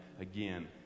again